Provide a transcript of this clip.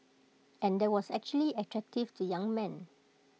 and that was actually attractive to young men